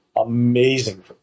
amazing